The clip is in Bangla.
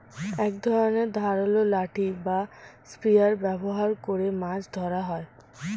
এক ধরনের ধারালো লাঠি বা স্পিয়ার ব্যবহার করে মাছ ধরা হয়